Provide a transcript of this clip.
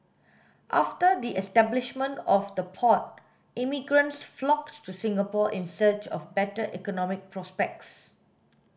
after the establishment of the port immigrants flocked to Singapore in search of better economic prospects